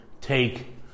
take